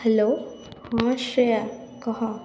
hello ହଁ ଶ୍ରେୟା କହ